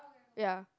ya